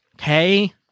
Okay